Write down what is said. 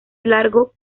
largo